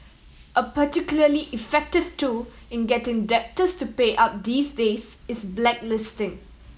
a particularly effective tool in getting debtors to pay up these days is blacklisting